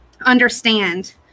understand